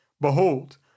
Behold